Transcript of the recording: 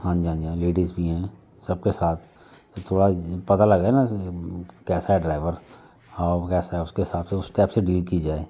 हाँ जी हाँ जी हाँ जी लेडीज़ भी हैं सब के साथ थोड़ा पता लगे न कैसा ड्राइभर हम कैसा उसके हिसाब से उस टाइप से डील कि जाए